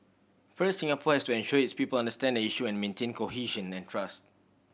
first Singapore has to ensure its people understand the issue and maintain cohesion and trust